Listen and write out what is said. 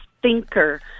Thinker